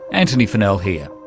antony funnell here.